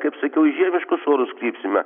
kaip sakiau į žiemiškus orus krypsime